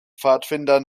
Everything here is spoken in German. pfadfinder